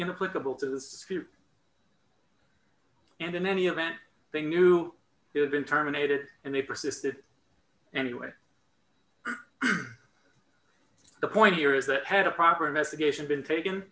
this and in any event they knew you had been terminated and they persisted anyway the point here is that had a proper investigation been taken